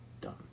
done